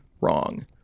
wrong